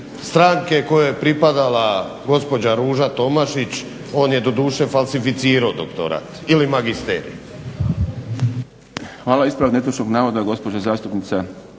stranke kojoj je pripadala gospođa Ruža Tomašić. On je doduše falsificirao doktorat ili magisterij. **Šprem, Boris (SDP)** Hvala. Ispravak netočnog navoda, gospođa zastupnica